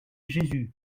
jésus